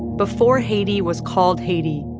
before haiti was called haiti,